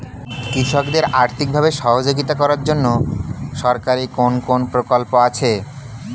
কৃষকদের আর্থিকভাবে সহযোগিতা করার জন্য সরকারি কোন কোন প্রকল্প আছে?